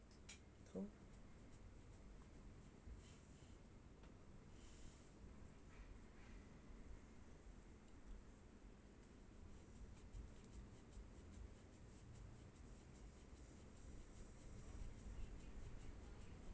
so